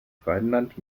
rheinland